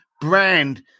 brand